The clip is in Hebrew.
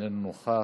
איננו נוכח.